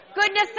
Goodness